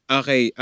okay